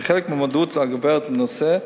כחלק מהמודעות הגוברת לנושא,